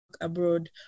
abroad